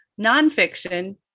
nonfiction